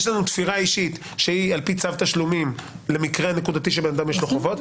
יש לנו תפירה אישית שהיא על-פי צו תשלומים למקרה נקודתי שלאדם יש חובות,